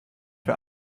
für